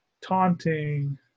Taunting